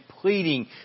pleading